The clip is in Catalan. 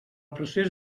procés